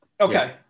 Okay